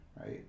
right